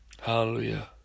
hallelujah